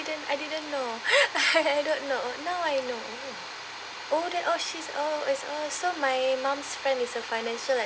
didn't I didn't know I don't know now I know oh then oh she's oh is oh so mu mum's friend is a financial